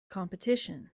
competition